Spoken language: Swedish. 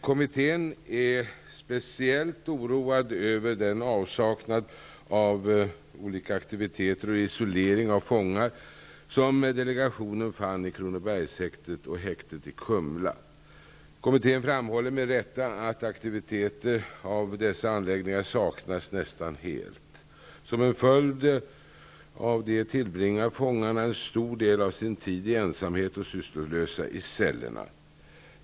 Kommittén är speciellt oroad över avsaknaden av olika aktiviteter vid isolering av fångar som delegationen fann i Kronobergshäktet och i häktet i Kumla. Kommittén framhåller med rätta att aktiviteter vid dessa anläggningar saknas nästan helt. Som en följd av det tillbringar fångarna en stor del av sin tid i ensamhet och sysslolösa i cellerna.